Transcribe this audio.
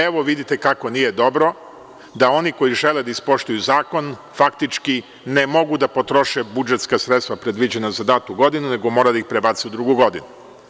Evo, vidite kako nije dobro, da oni koji žele da ispoštuju zakon faktički ne mogu da potroše budžetska sredstva predviđena za datu godinu, nego moraju da ih prebace u drugu godinu.